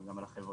גם על החברה,